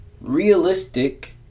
realistic